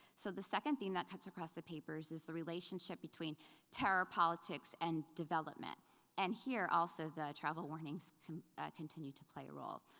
so, the second theme that cuts across the papers is the relationship between terror politics and development and here also the travel warnings continue to play a role.